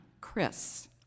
Chris